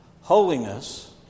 Holiness